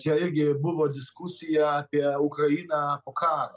čia irgi buvo diskusija apie ukrainą o ką